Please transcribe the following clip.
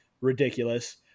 Ridiculous